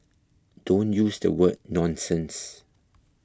don't use the word nonsense